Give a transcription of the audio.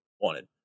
wanted